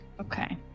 Okay